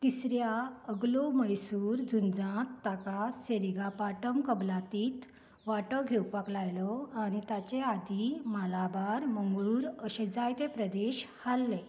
तिसऱ्या अग्लो मैसूर झुंजात ताका सेरिगापाटम कबलातीत वांटो घेवपाक लायलो आनी ताचे आदीं मालाबार मंगळूर अशे जायते प्रदेश हाल्ले